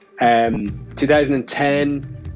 2010